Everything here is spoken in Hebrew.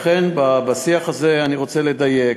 לכן, בשיח הזה אני רוצה לדייק.